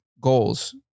goals